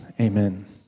Amen